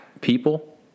people